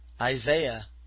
Isaiah